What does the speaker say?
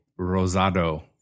Rosado